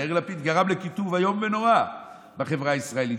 יאיר לפיד גרם לקיטוב איום ונורא בחברה הישראלית.